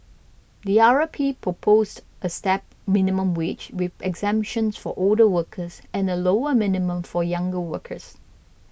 the R P proposed a stepped minimum wage with exemptions for older workers and a lower minimum for younger workers